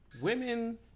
women